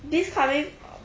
this coming